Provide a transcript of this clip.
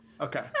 Okay